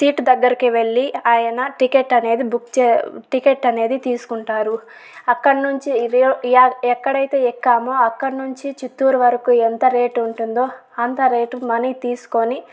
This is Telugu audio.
సీటు దగ్గరకి వెళ్ళి ఆయన టికెట్ అనేది బుక్ చే టికెట్ అనేది తీసుకుంటారు అక్కడ్నుంచి ఎ ఎక్కడైతే ఎక్కామో అక్కడ్నుంచి చిత్తూరు వరకు ఎంత రేటు ఉంటుందో అంత రేటు మనీ తీసుకుని